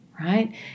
right